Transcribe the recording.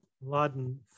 Laden